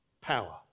Power